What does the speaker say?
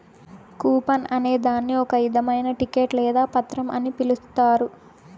coupon అనే దాన్ని ఒక ఇధమైన టికెట్ లేదా పత్రం అని పిలుత్తారు